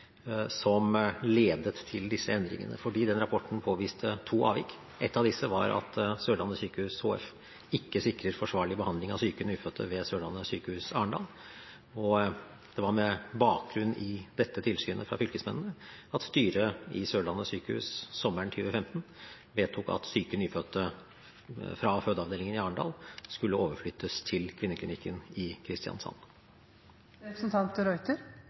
som ledet til disse endringene, for den rapporten påviste to avvik. Ett av disse var at Sørlandet sykehus HF ikke sikrer forsvarlig behandling av syke nyfødte ved Sørlandet sykehus Arendal. Det var med bakgrunn i dette tilsynet fra fylkesmennene at styret i Sørlandet sykehus sommeren 2015 vedtok at syke nyfødte fra fødeavdelingen i Arendal skulle overflyttes til Kvinneklinikken i